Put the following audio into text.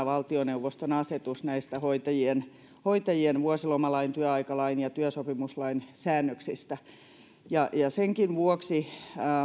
valtioneuvoston asetuksessa näistä hoitajien hoitajien vuosilomalain työaikalain ja työsopimuslain säännöksistä senkin vuoksi